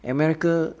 america